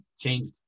changed